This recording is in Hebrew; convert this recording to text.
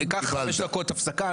קח חמש דקות הפסקה,